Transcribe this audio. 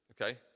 okay